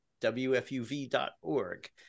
WFUV.org